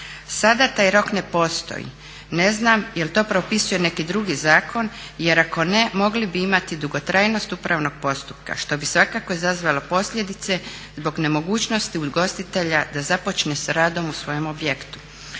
Sada taj rok ne postoji. Ne znam je li to propisuje neki drugi zakon jer ako ne mogli bi imati dugotrajnost upravnog postupaka što bi svakako izazvalo posljedice zbog nemogućnosti ugostitelja da započne sa radom u svojem objektu.